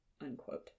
Unquote